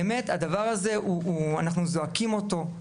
באמת הדבר הזה, אנחנו זועקים אותו.